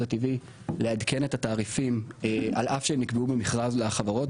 הטבעי לעדכן את התעריפים על אף שהם נקבעו במכרז לחברות.